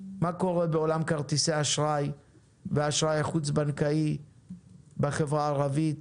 מה קורה בעולם כרטיסי האשראי החוץ בנקאי בחברה הערבית,